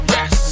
Yes